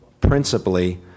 principally